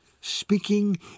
speaking